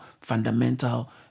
fundamental